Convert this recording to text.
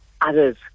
others